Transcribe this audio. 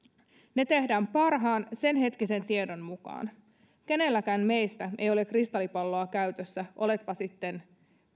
ne tehdään parhaan senhetkisen tiedon mukaan kenelläkään meistä ei ole kristallipalloa käytössä oletpa sitten